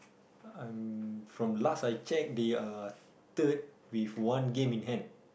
um from last I checked they uh third with one game in hand